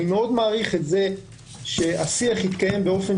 אני מאוד מעריך את זה שהשיח התנהל באופן